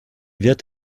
wird